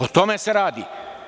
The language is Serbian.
O tome se radi.